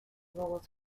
rules